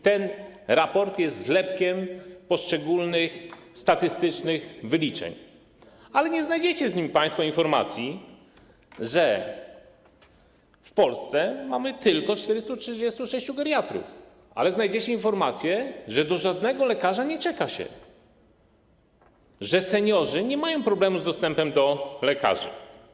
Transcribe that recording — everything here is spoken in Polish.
Ten raport jest zlepkiem poszczególnych statystycznych wyliczeń, ale nie znajdziecie w nim państwo informacji o tym, że w Polsce mamy tylko 436 geriatrów, natomiast znajdziecie informacje o tym, że do żadnego lekarza się nie czeka, że seniorzy nie mają problemu z dostępem do lekarzy.